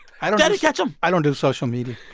i don't. derry, catch him i don't do social media.